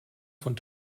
von